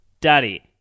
daddy